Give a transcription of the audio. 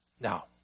Now